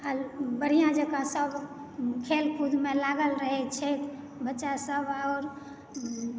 बढिआँ जेकाँ सभ खेलकूदमऽ लागल रहै छथि बच्चासभ आओर